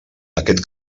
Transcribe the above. aquest